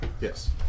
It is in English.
Yes